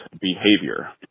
behavior